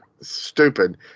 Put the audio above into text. stupid